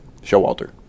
Showalter